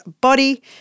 body